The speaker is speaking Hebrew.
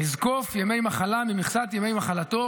לזקוף ימי מחלה ממכסת ימי מחלתו